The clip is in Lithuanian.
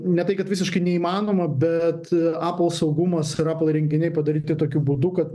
ne tai kad visiškai neįmanoma bet apple saugumas ir apple įrenginiai padaryti tokiu būdu kad